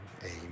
Amen